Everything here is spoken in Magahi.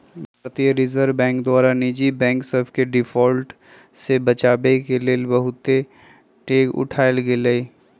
भारतीय रिजर्व बैंक द्वारा निजी बैंक सभके डिफॉल्ट से बचाबेके लेल बहुते डेग उठाएल गेल